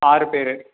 ஆறு பேர்